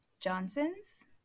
Johnsons